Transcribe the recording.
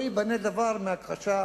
לא ייבנה דבר מהכחשה